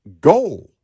goal